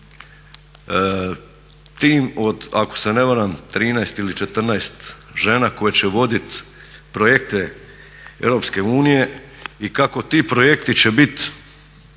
tim od ako se ne varam 13 ili 14 žena koje će voditi projekte EU i kako ti projekti će biti